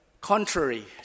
Contrary